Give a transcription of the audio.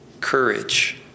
courage